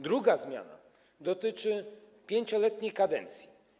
Druga zmiana dotyczy 5-letniej kadencji.